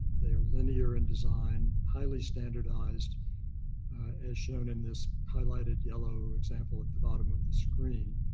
they are linear and design highly standardized as shown in this highlighted yellow example at the bottom of the screen.